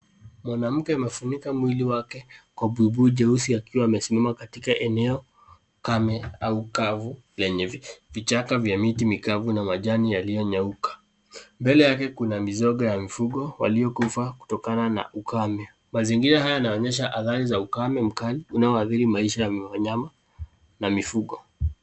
Mwanamke amefunika mwili wake Kwa buibui jeusi akiwa amesimama katika eneo kame au kavu lenye vichaka vya miti mikavu na majani yaliyo nyauka. Mbele yake kuna misoga ya mifugo waliokufa kutokana na ukame. Mazingira haya yanaonyesha hatari za ukame mkali unaoathiri maisha ya wanyama na mifugo.